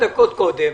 קודם,